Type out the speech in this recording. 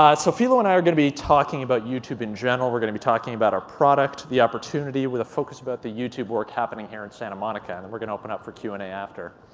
ah so philo and i are going to be talking about youtube in general. we're going to be talking about our product, the opportunity with a focus about the youtube work happening here in santa monica. and and we're going to open up for q and a after.